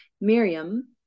Miriam